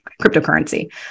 cryptocurrency